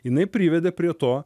jinai privedė prie to